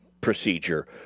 procedure